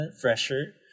Fresher